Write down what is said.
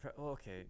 Okay